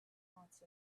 haunts